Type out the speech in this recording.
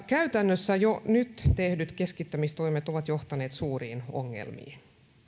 käytännössä jo nyt tehdyt keskittämistoimet ovat johtaneet suuriin ongelmiin